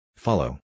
Follow